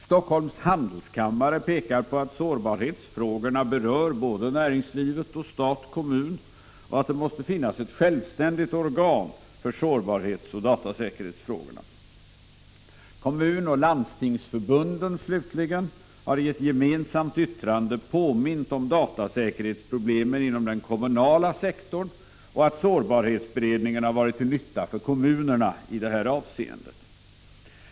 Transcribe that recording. Helsingforss Handelskammare pekar på att sårbarhetsfrågorna berör både näringslivet och stat och kommun och att det måste finnas ett självständigt organ för sårbarhetsoch datasäkerhetsfrågorna. Kommunoch landstingsförbunden, slutligen, har i ett gemensamt yttrande påmint om datasäkerhetsproblemen inom den kommunala sektorn och om att sårbarhetsberedningen har varit till nytta för kommunerna i detta avseende.